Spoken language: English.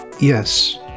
Yes